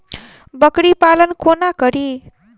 बकरी पालन कोना करि?